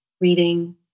reading